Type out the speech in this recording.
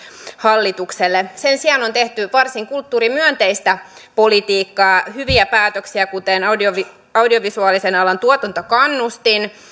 hallitukselle sen sijaan on tehty varsin kulttuurimyönteistä politiikkaa hyviä päätöksiä kuten audiovisuaalisen audiovisuaalisen alan tuotantokannustin